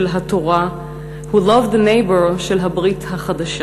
של התורה הוא love thy neighbor של הברית החדשה.